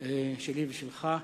שלי ושלך.